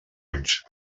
anys